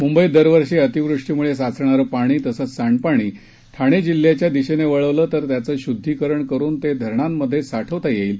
मुंबईत दरवर्षी अतिवृष्टीमुळे साचणारं पाणी तसंच सांडपाणी ठाणे जिल्ह्याच्या दिशेनं वळवलं तर त्याचं श्द्धीकरण करुन ते धरणांमधे साठवता येईल